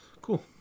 cool